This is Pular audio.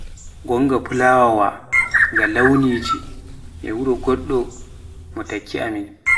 gonga fulawawa launiji kala-laka e wuro takki amin.